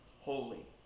holy